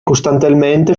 costantemente